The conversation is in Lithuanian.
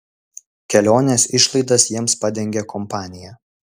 kelionės išlaidas jiems padengė kompanija